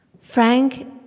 Frank